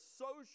social